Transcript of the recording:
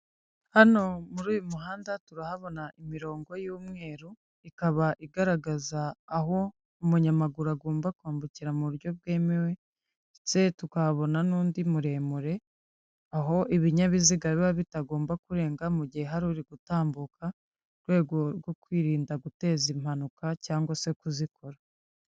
Hano muri uyu muhanda turahabona imirongo y'umweru, ikaba igaragaza aho umunyamaguru agomba kwambukira mu buryo bwemewe ndetse tukahabona n'undi muremure, aho ibinyabiziga biba bitagomba kurenga mu gihe hari uri gutambuka, mu rwego rwo kwirinda guteza impanuka cyangwa se kuzikora.